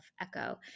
echo